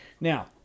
Now